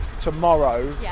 tomorrow